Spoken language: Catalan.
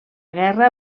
guerra